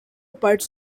parts